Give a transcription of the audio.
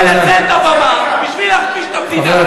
הוא מנצל את הבמה בשביל להכפיש את המדינה,